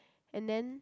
and then